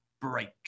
break